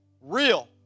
real